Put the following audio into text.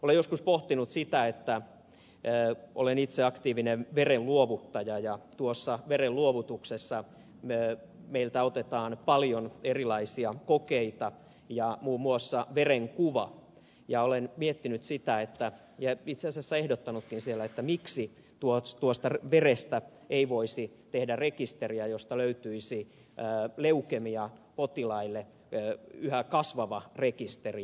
olen joskus pohtinut kun olen itse aktiivinen verenluovuttaja ja verenluovutuksessa meiltä otetaan paljon erilaisia kokeita ja muun muassa verenkuva ja olen miettinyt ja itse asiassa ehdottanutkin siellä miksi tuosta verestä ei voisi tehdä rekisteriä josta löytyisi leukemiapotilaille yhä kasvava rekisteri